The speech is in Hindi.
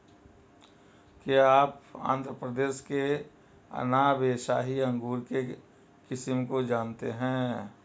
क्या आप आंध्र प्रदेश के अनाब ए शाही अंगूर के किस्म को जानते हैं?